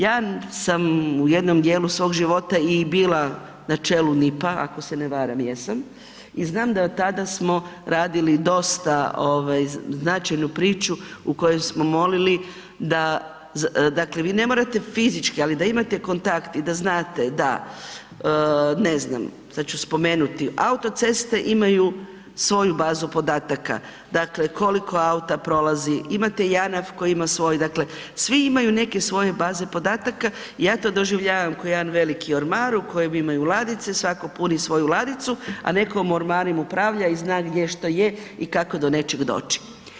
Ja sam u jednom dijelu svog života i bila na čelu … ako se ne varam jesam i znam da od tada smo radili dosta značajnu priču u kojoj smo molili, dakle vi ne morate fizički ali da imate kontakt i da znate da ne znam, sada ću spomenuti Autoceste imaju svoju bazu podataka, dakle koliko auta prolazi, imate JANAF koji ima svoj, dakle svi imaju neke svoje baze podataka i ja to doživljavam kao jedan veliki ormar u kojem imaju ladice i svako puni svoju ladicu, a neko ormarom upravlja i zna gdje što je i kako do nečeg doći.